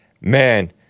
man